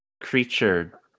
creature